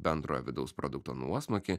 bendrojo vidaus produkto nuosmukį